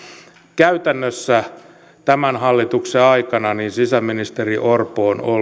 käytännössä tämän hallituksen aikana sisäministeri orpo on ollut